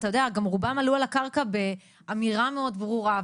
אתה יודע גם רובם עלו על הקרקע באמירה מאוד ברורה,